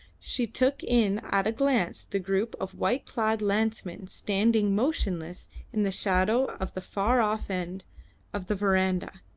she took in at a glance the group of white-clad lancemen standing motionless in the shadow of the far-off end of the verandah,